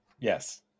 Yes